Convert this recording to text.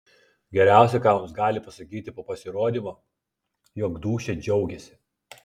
geriausia ką mums gali pasakyti po pasirodymo jog dūšia džiaugėsi